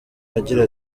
agira